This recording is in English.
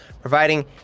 providing